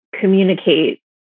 communicate